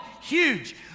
huge